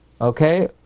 Okay